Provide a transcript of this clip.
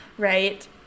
right